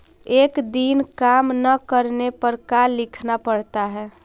एक दिन काम न करने पर का लिखना पड़ता है?